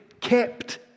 kept